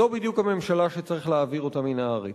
זו בדיוק הממשלה שצריך להעביר אותה מן הארץ.